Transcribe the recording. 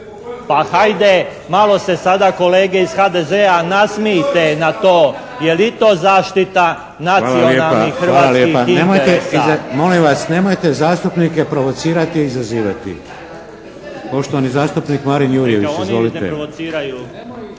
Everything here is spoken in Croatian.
Pa hajde, malo se sada kolege iz HDZ-a nasmijte na to jer i to zaštita nacionalnih hrvatskih interesa.